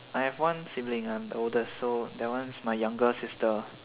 I have one sibling I'm the oldest so that one's my younger sister